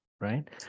right